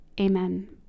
amen